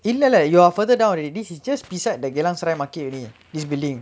இல்ல இல்ல:illa illa you are further down already is just beside the geylang serai market this building